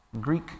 Greek